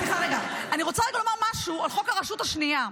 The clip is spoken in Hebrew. אני רוצה להגיד משהו על חוק הרשות השנייה: